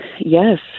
Yes